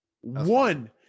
One